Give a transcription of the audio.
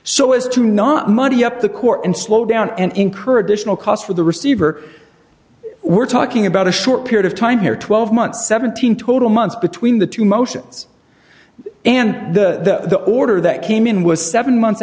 so as to not muddy up the court and slow down and incur additional costs for the receiver we're talking about a short period of time here twelve months seventeen total months between the two motions and the order that came in was seven months